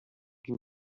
can